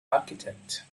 architect